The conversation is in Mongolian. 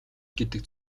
гэдэг